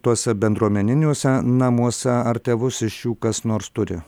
tuose bendruomeniniuose namuose ar tėvus iš jų kas nors turi